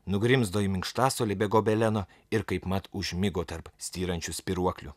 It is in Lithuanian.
nugrimzdo į minkštasuolį be gobeleno ir kaipmat užmigo tarp styrančių spyruoklių